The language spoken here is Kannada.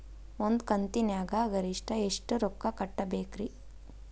ಒಂದ್ ಕಂತಿನ್ಯಾಗ ಗರಿಷ್ಠ ಎಷ್ಟ ರೊಕ್ಕ ಕಟ್ಟಬೇಕ್ರಿ?